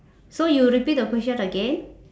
so you repeat the question again